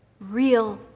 real